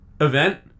event